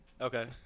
Okay